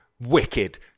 wicked